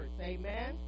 Amen